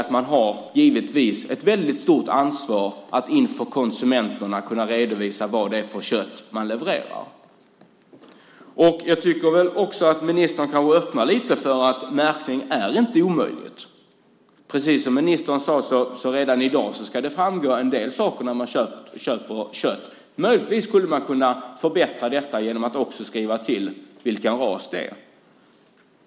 Man har givetvis ett väldigt stort ansvar att inför konsumenterna kunna redovisa vad det är för kött man levererar. Jag tycker väl också att ministern öppnar lite för att märkning inte är omöjlig. Precis som ministern sade ska det redan i dag framgå en del saker när man köper kött. Möjligtvis skulle man kunna förbättra detta genom att också skriva vilken ras det är.